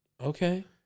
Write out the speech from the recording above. Okay